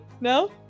No